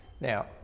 Now